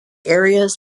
areas